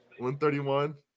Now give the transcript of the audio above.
131